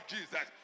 Jesus